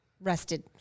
rested